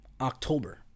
October